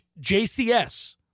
JCS